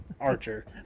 archer